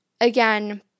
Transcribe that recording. again